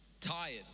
tired